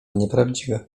nieprawdziwe